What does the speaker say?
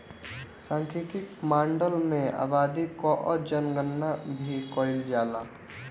सांख्यिकी माडल में आबादी कअ जनगणना भी कईल जाला